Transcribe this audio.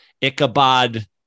Ichabod